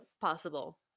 possible